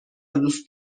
دوست